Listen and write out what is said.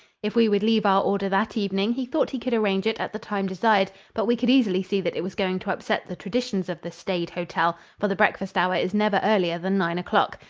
if we would leave our order that evening he thought he could arrange it at the time desired, but we could easily see that it was going to upset the traditions of the staid hotel, for the breakfast hour is never earlier than nine o'clock.